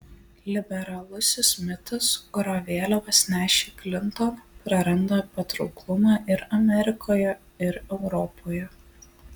liberalusis mitas kurio vėliavas nešė klinton praranda patrauklumą ir amerikoje ir europoje